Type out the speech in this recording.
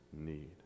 need